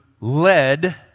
led